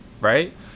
right